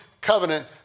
covenant